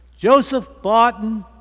joseph barton,